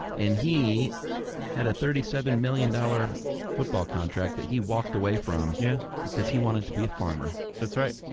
and he had a thirty seven million dollar football contract that he walked away from. yeah. because he wanted to be a farmer. that's right.